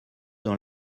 dans